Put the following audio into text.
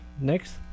next